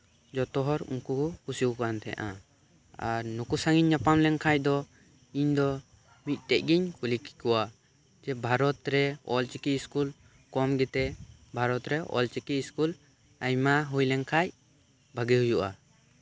ᱡᱚᱛᱚ ᱦᱚᱲ ᱩᱱᱠᱩ ᱠᱚ ᱠᱩᱥᱤᱭᱟᱠᱚ ᱠᱟᱱ ᱛᱟᱦᱮᱫᱼᱟ ᱟᱨ ᱱᱩᱠᱩ ᱥᱟᱶ ᱤᱧ ᱧᱟᱯᱟᱢ ᱞᱮᱱᱠᱷᱟᱱ ᱫᱚ ᱤᱧ ᱫᱚ ᱢᱤᱫᱴᱮᱱ ᱜᱤᱧ ᱠᱩᱞᱤ ᱠᱮᱠᱚᱣᱟ ᱵᱷᱟᱨᱚᱛᱨᱮ ᱚᱞᱪᱤᱠᱤ ᱥᱠᱩᱞ ᱠᱚᱢ ᱜᱮᱛᱮ ᱵᱷᱟᱚᱨᱚᱛ ᱨᱮ ᱚᱞᱪᱤᱠᱤ ᱥᱠᱩᱞ ᱟᱭᱢᱟ ᱦᱩᱭ ᱞᱮᱱᱠᱷᱟᱱ ᱵᱷᱟᱹᱜᱤ ᱦᱩᱭᱩᱜᱼᱟ